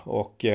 och